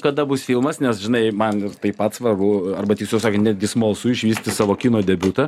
kada bus filmas nes žinai man taip pat svarbu arba tiksliau sakant netgi smalsu išvysti savo kino debiutą